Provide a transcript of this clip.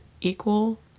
equal